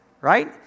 right